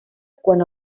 quan